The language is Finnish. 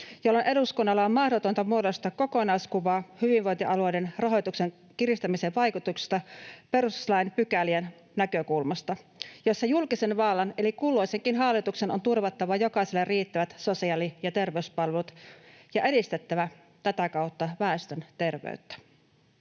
Silloin eduskunnan on mahdotonta muodostaa kokonaiskuvaa hyvinvointialueiden rahoituksen kiristämisen vaikutuksista perustuslain pykälien näkökulmasta, jossa julkisen vallan eli kulloisenkin hallituksen on turvattava jokaiselle riittävät sosiaali- ja terveyspalvelut ja edistettävä tätä kautta väestön terveyttä.